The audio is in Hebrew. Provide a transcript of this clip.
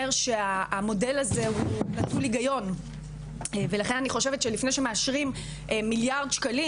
שהמודל הזה הוא נטול היגיון ולכן אני חושבת שלפני שמאשרים מיליארד שקלים,